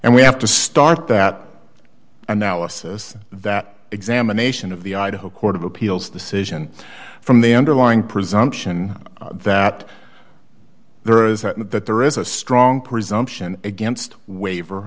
and we have to start that analysis that examination of the idaho court of appeals decision from the underlying presumption that there is and that there is a strong presumption against waiver